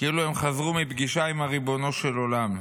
כאילו הם חזרו מפגישה עם ריבונו של עולם.